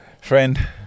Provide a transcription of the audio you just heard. friend